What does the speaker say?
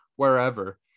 wherever